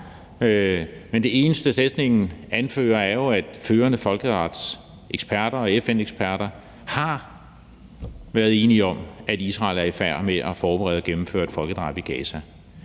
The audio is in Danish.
Men det eneste, sætningen anfører, er jo, at førende folkeretseksperter og FN-eksperter har været enige om, at Israel er i færd med at forberede at gennemføre et folkedrab i Gaza.